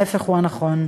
ההפך הוא הנכון.